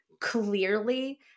clearly